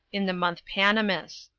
in the month panemus.